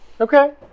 Okay